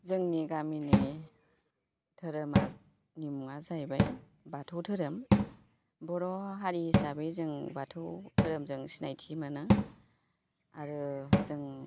जोंनि गामिनि धोरोमनि मुङा जाहैबाय बाथौ धोरोम बर' हारि हिसाबै जों बाथौ धोरोमजों सिनायथि मोनो आरो जों